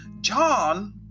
john